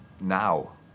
now